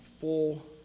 full